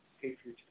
patriotism